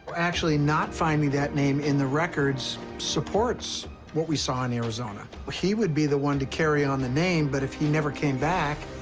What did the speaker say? actually, not finding that name in the records supports what we saw in arizona. well, he would be the one to carry on the name but if he never came back,